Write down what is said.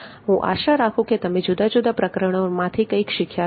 હું આશા રાખું કે તમે જુદા જુદા પ્રકરણોમાંથી કંઈક શીખ્યા છો